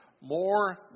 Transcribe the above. more